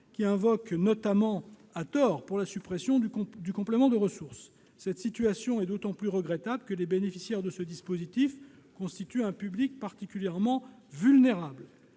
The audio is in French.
qu'il invoque notamment- à tort -pour légitimer la suppression du complément de ressources. Cette situation est d'autant plus regrettable que les bénéficiaires du dispositif forment un public particulièrement vulnérable.